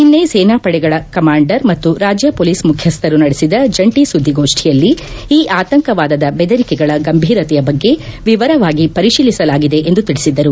ನಿನ್ನೆ ಸೇನಾಪಡೆಗಳ ಕಮಾಂಡರ್ ಮತ್ತು ರಾಜ್ಯ ಪೊಲೀಸ್ ಮುಖ್ಯಸ್ವರು ನಡೆಸಿದ ಜಂಟಿ ಸುಧಿಗೋಷ್ನಿಯಲ್ಲಿ ಈ ಆತಂಕವಾದದ ಬೆದರಿಕೆಗಳ ಗಂಭೀರತೆಯ ಬಗ್ಗೆ ವಿವರವಾಗಿ ಪರಿಶೀಲಿಸಲಾಗಿದೆ ಎಂದು ತಿಳಿಸಿದರು